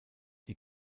die